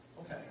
Okay